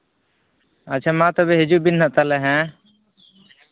ᱟᱪᱪᱷᱟ ᱢᱟ ᱛᱚᱵᱮ ᱦᱤᱡᱩᱜ ᱵᱮᱱ ᱦᱟᱸᱜ ᱦᱮᱸ ᱛᱟᱦᱚᱞᱮ